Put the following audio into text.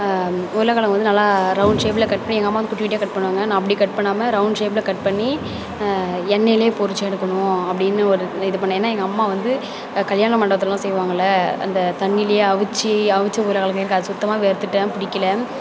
உருளைக் கெழங்கு வந்து நல்லா ரவுண்ட் ஷேஃப்பில் கட் பண்ணி எங்கள் அம்மா வந்து குட்டி குட்டியாக கட் பண்ணுவாங்க நான் அப்படி கட் பண்ணாமல் ரவுண்ட் ஷேஃப்பில் கட் பண்ணி எண்ணெயிலே பொரித்து எடுக்கணும் அப்படினு ஒரு இது பண்ணிணேன் ஏன்னால் எங்கள் அம்மா வந்து கல்யாண மண்டபத்துலெலாம் செய்வாங்கள்லே அந்த தண்ணியிலே அவிச்சி அவிச்ச உருளைக் கெழங்க எனக்கு அது சுத்தமாக வெறுத்துவிட்டேன் பிடிக்கில